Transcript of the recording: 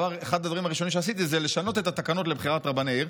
אחד הדברים שעשיתי זה לשנות את התקנות לבחירת רבני עיר,